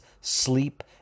sleep